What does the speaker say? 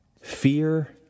Fear